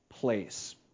place